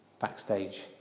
backstage